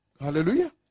Hallelujah